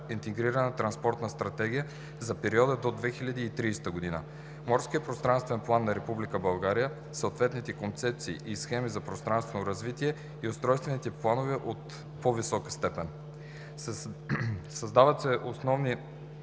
Интегрирана транспортна стратегия за периода до 2030 г., Морския пространствен план на Република България, съответните концепции и схеми за пространствено развитие и устройствените планове от по-висока степен. Създават се основни